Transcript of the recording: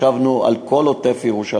ישבנו על כל עוטף-ירושלים.